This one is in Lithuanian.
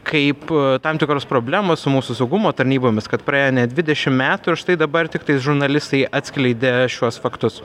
kaip tam tikros problemos su mūsų saugumo tarnybomis kad praėjo net dvidešim metų ir štai dabar tiktais žurnalistai atskleidė šiuos faktus